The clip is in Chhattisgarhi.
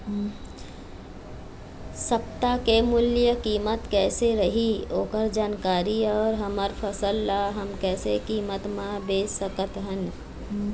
सप्ता के मूल्य कीमत कैसे रही ओकर जानकारी अऊ हमर फसल ला हम कैसे कीमत मा बेच सकत हन?